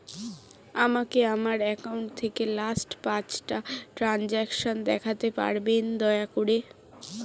আমাকে আমার অ্যাকাউন্ট থেকে লাস্ট পাঁচটা ট্রানজেকশন দেখাতে পারবেন দয়া করে